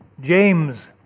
James